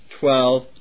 Twelve